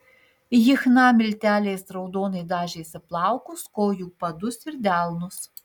ji chna milteliais raudonai dažėsi plaukus kojų padus ir delnus